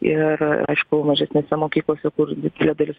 ir aišku mažesnėse mokyklose kur didelė dalis